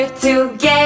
Together